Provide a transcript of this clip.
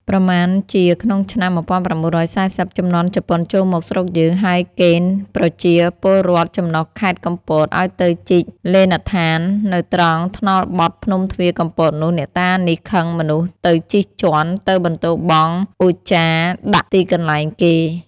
ប្រមាណជាក្នុងឆ្នាំ ១៩៤០ ជំនាន់ជប៉ុនចូលមកស្រុកយើង ហើយកេណ្ឌប្រជាពលរដ្ឋចំណុះខែត្រកំពត ឲ្យទៅជីកលេណដ្ឋាន នៅត្រង់ថ្នល់បត់ភ្នំទ្វារកំពតនោះ អ្នកតានេះខឹងមនុស្សទៅជិះជាន់ ទៅបន្ទោរបង់ឧច្ចារដាក់ទីកន្លែងគេ